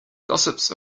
gossips